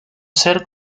ser